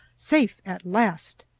safe at last!